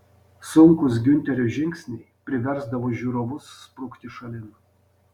sunkūs giunterio žingsniai priversdavo žiūrovus sprukti šalin